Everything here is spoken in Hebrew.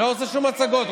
לא עושה שום הצגות.